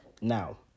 Now